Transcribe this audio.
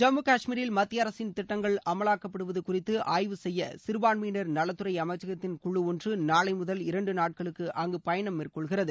ஜம்மு கஷ்மீரில் மத்திய அரசின் திட்டங்கள் அமலாக்கப்படுவது குறித்து ஆய்வு செய்ய சிறபான்மையினர் நலத்துறை அமைச்சகத்தின் குழு ஒன்று நாளைமுதல் இரண்டு நாட்களுக்கு அங்கு பயணம் மேற்கொள்கிறது